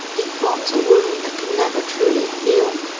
it forms a wound that can never truly heal.